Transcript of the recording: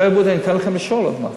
בנושא הבריאות אני נותן לכם לשאול עוד מעט.